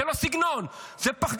זה לא סגנון, זה פחדנות.